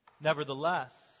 Nevertheless